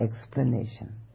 explanation